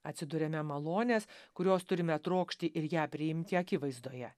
atsiduriame malonės kurios turime trokšti ir ją priimti akivaizdoje